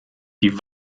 die